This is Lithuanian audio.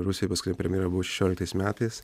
rusijoj paskutinė premjera buvo šešioliktais metais